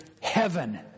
heaven